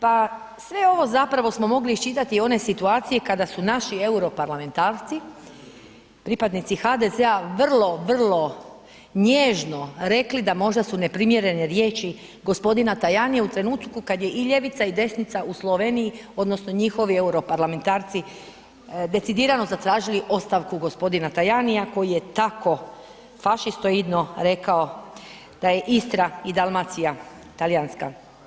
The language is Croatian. Pa, sve ovo zapravo smo mogli isčitati, one situacije kada su naši europarlamentarci, pripadnici HDZ-a, vrlo vrlo nježno rekli da možda su neprimjerene riječi gospodina Tajanija u trenutku kad je i ljevica i desnica u Sloveniji, odnosno njihovi europarlamentarci decidirano zatražili ostavku gospodina Tajanija koji je tako fašistoidno rekao da je Istra i Dalmacija talijanska.